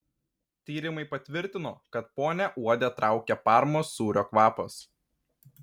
tyrimai patvirtino kad ponią uodę traukia parmos sūrio kvapas